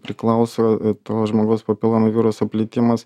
priklauso to žmogaus papilomo viruso plitimas